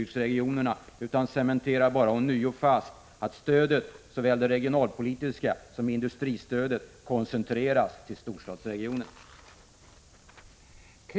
Detta cementerar bara ånyo att såväl det regionalpolitiska som det industripolitiska stödet koncentreras till storstadsregioner.